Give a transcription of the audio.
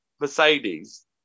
Mercedes